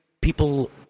people